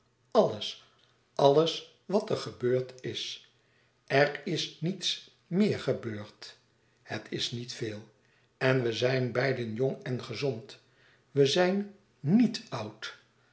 alles alles àlles wat er gebeurd is er is niets méer gebeurd het is niet veel en we zijn beiden jong en gezond we zijn niet oud